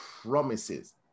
promises